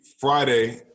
Friday